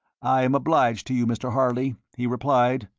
i am obliged to you, mr. harley, he replied.